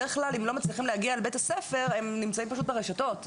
בדרך כלל אם לא מצליחים להגיע לבתי הספר הם פשוט נמצאים ברשתות.